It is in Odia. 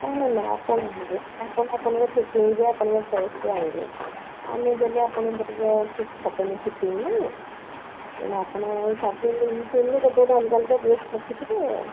ନାହିଁ ନାହିଁ ଆପଣ ଯିବେ ଆପଣ ଆପଣଙ୍କ ଫିଟିଙ୍ଗରେ ଆପଣଙ୍କ ଚଏସ୍ରେ ଆଣିବେ ଆମେ ଦେଲେ ଆପଣଙ୍କର ଠିକ୍ ହେବନି ଫିଟିଙ୍ଗ ନା ତେଣୁ ଆପଣ ସବୁ ଗୋଟେ ଗୋଟେ ଅଲଗା ଅଲଗା ଡ୍ରେସ୍ ରଖିଥିବେ ଆଉ